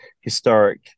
historic